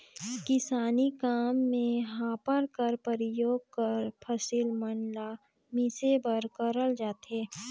किसानी काम मे हापर कर परियोग फसिल मन ल मिसे बर करल जाथे